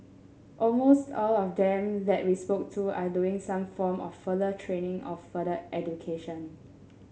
almost all of them that we spoke to are doing some form of further training or further education